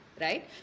right